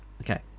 okay